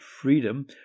freedom